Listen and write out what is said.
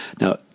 Now